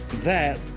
that.